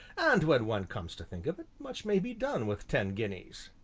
and when one comes to think of it, much may be done with ten guineas.